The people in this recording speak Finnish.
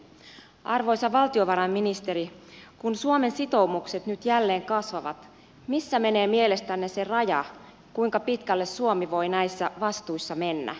arvoisa valtiovarainministeri kun suomen sitoumukset nyt jälleen kasvavat missä menee mielestänne se raja kuinka pitkälle suomi voi näissä vastuissa mennä